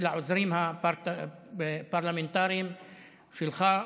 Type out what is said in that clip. ולעוזרים הפרלמנטריים שלך,